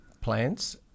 plants